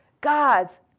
God's